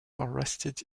arrested